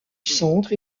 centre